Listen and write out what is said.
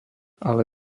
ale